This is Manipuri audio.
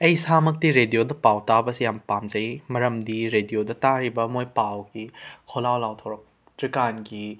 ꯑꯩ ꯏꯁꯥꯃꯛꯇꯤ ꯔꯦꯗꯤꯑꯣꯗ ꯄꯥꯎ ꯇꯥꯕꯁꯤ ꯌꯥꯝ ꯄꯥꯝꯖꯩ ꯃꯔꯝꯗꯤ ꯔꯦꯗꯤꯑꯣꯗ ꯇꯥꯔꯤꯕ ꯃꯣꯏ ꯄꯥꯎꯒꯤ ꯍꯣꯂꯥ ꯂꯥꯎꯊꯣꯔꯛꯇ꯭ꯔꯤꯀꯥꯟꯒꯤ